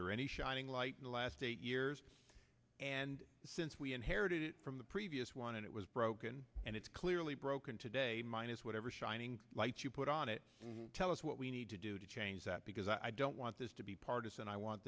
there any shining light in the last eight years and since we inherited it from the previous one and it was broken and it's clearly broken today minus whatever shining light you put on it tell us what we need to do to change that because i don't want this to be part